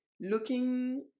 looking